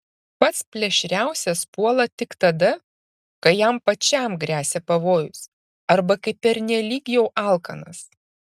pats plėšriausias puola tik tada kai jam pačiam gresia pavojus arba kai pernelyg jau alkanas